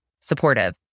supportive